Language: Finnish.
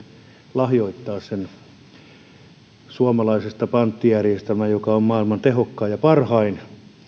lahjoittaa sen suomalaisesta panttijärjestelmästä joka on maailman tehokkain ja parhain